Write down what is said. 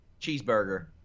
cheeseburger